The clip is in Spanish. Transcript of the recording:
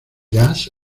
jazz